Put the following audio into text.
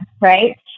right